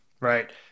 Right